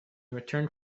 returned